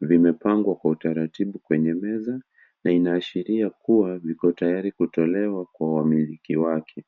Vimepangwa kwa utaratibu kwenye meza na inaashiria kuwa viko tayari kutolewa kwa wamiliki wake.